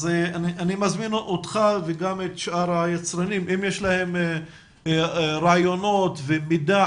אז אני מזמין אותך וגם את שאר היצרנים אם יש להם רעיונות ומידע